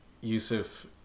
Yusuf